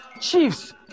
chiefs